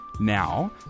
now